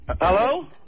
Hello